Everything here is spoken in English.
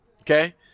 Okay